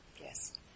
Yes